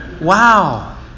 Wow